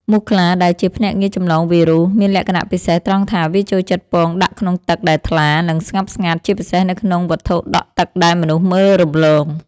មូសខ្លាដែលជាភ្នាក់ងារចម្លងវីរុស មានលក្ខណៈពិសេសត្រង់ថាវាចូលចិត្តពងដាក់ក្នុងទឹកដែលថ្លា និងស្ងប់ស្ងាត់ ជាពិសេសនៅក្នុងវត្ថុដក់ទឹកដែលមនុស្សមើលរំលង។